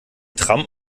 tram